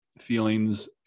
feelings